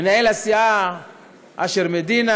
מנהל הסיעה אשר מדינה,